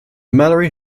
mallory